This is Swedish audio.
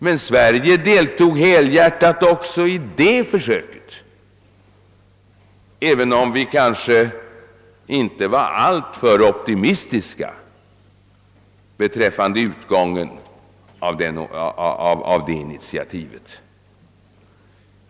Men Sverige deltog helhjärtat också i det försöket, även om vi väl inte var så särskilt optimistiska beträffande utgången av det initiativet.